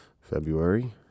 february